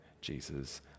Jesus